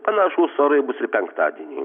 panašūs orai bus ir penktadienį